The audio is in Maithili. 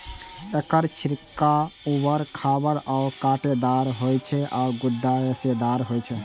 एकर छिलका उबर खाबड़ आ कांटेदार होइ छै आ गूदा रेशेदार होइ छै